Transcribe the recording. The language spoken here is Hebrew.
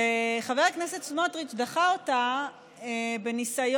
חבר הכנסת סמוטריץ' דחה אותה בניסיון,